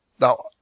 now